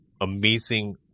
amazing